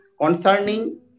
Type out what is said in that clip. concerning